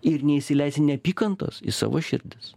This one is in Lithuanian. ir neįsileisti neapykantos į savo širdis